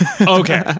okay